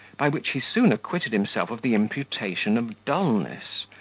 by which he soon acquitted himself of the imputation of dullness,